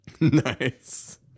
Nice